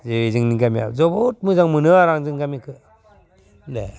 दिनै जोंनि गामिया जोबोद मोजां मोनो जों गामिखौ